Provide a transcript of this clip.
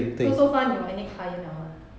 so so far 你有 any client 了吗